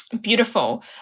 beautiful